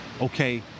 okay